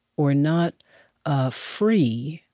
or not ah free